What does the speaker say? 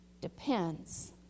depends